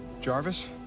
Jarvis